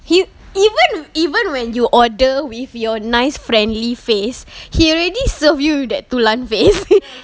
he even even when you order with your nice friendly face he already serve you that dulan face